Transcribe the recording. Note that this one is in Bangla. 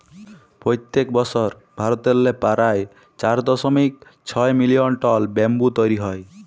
পইত্তেক বসর ভারতেল্লে পারায় চার দশমিক ছয় মিলিয়ল টল ব্যাম্বু তৈরি হ্যয়